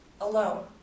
alone